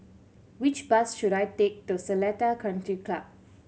which bus should I take to Seletar Country Club